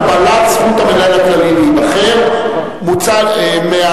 הגבלת זכות המנהל הכללי להיבחר) הנמקה